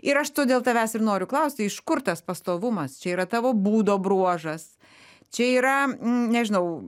ir aš tu dėl tavęs ir noriu klausti iš kur tas pastovumas čia yra tavo būdo bruožas čia yra nežinau